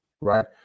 right